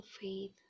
faith